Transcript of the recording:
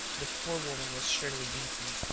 the poor woman was surely weeping.